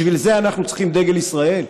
בשביל זה אנחנו צריכים דגל ישראל?